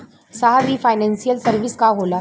साहब इ financial service का होला?